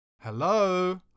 Hello